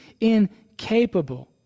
incapable